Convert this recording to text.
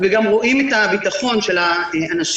וגם רואים את הביטחון של האנשים,